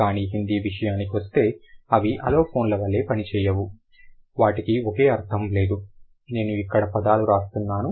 కానీ హిందీ విషయానికొస్తే అవి అలోఫోన్ల వలె పని చేయవు వాటికి ఒకే అర్థం లేదు నేను ఇక్కడ పదాలు రాస్తున్నాను